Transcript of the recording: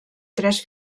tres